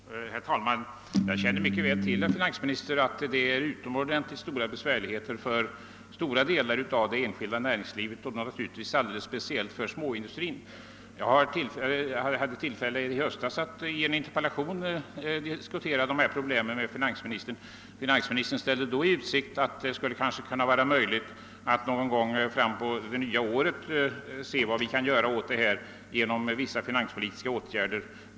Herr talman! Jag känner mycket väl till, herr finansminister, att det föreligger stora besvärligheter för betydande delar av det enskilda näringslivet, naturligtvis alldeles speciellt för småindustrin. I höstas hade jag tillfälle att i en interpellationsdebatt diskutera dessa problem med finansministern, som då ställde i utsikt att det skulle kunna vara möjligt att någon gång under det nya året se vad vi kunde göra åt saken genom vissa finanspolitiska åtgärder.